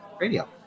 radio